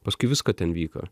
paskui visko ten vyko